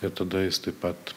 ir tada jis taip pat